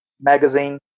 Magazine